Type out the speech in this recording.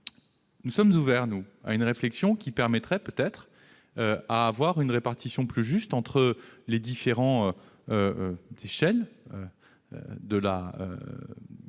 Nous sommes ouverts à une réflexion qui permettrait une répartition plus juste entre les différentes échelles de la grille